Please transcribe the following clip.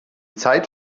zeit